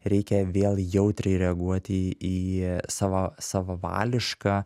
reikia vėl jautriai reaguoti į savo savavališką